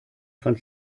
von